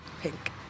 Pink